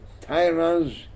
tyrants